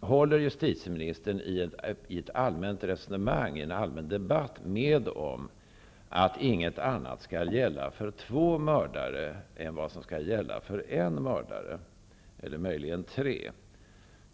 Håller justitieministern i ett allmänt resonemang, i en allmän debatt, med om att inget annat skall gälla för två mördare än vad som skall gälla för en mördare, eller möjligen tre?